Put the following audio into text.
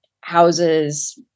houses